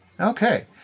Okay